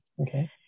Okay